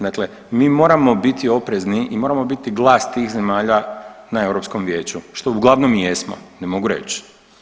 Dakle, mi moramo biti oprezni i moramo biti glas tih zemalja na Europskom vijeću, što uglavnom i jesmo, ne mogu reć.